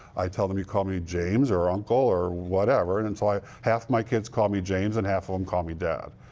i tell them, you call me james or uncle or whatever and and so half my kids call me james and half of them call me dad.